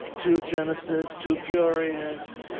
two genesis, two furious.